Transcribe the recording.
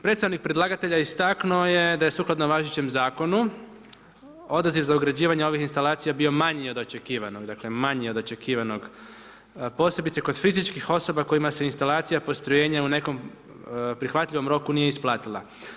Predstavnik predlagatelja istaknuo je da sukladno važećem zakonu, odaziv za ugrađivanje ovih instalacija bio manji od očekivanog, dakle, manje od očekivanog, posebice kod fizičkih osoba kojima se instalacija postrojenja u nekom prihvatljivom roku nije isplatila.